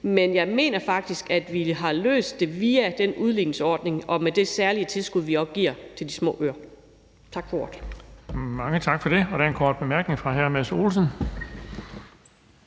men jeg mener faktisk, at vi har løst det via den udligningsordning og med det særlige tilskud, vi også giver til de små øer. Tak for ordet. Kl. 14:58 Den fg. formand (Erling Bonnesen): Mange tak for det. Der er en kort bemærkning fra hr. Mads Olsen.